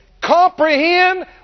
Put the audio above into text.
Comprehend